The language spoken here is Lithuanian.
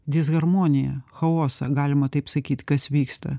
disharmoniją chaosą galima taip sakyt kas vyksta